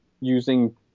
using